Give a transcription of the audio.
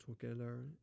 together